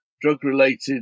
drug-related